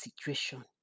situation